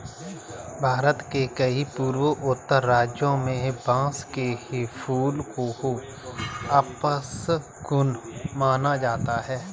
भारत के कई पूर्वोत्तर राज्यों में बांस के फूल को अपशगुन माना जाता है